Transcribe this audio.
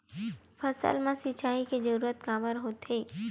फसल मा सिंचाई के जरूरत काबर होथे?